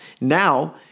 Now